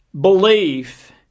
belief